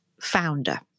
founder